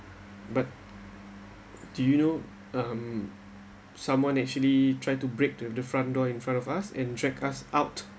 but do you know um someone actually try to break the the front door in front of us and check us out